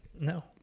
No